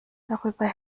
darüber